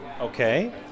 Okay